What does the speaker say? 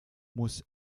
muss